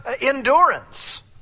endurance